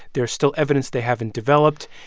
there's still evidence they haven't developed.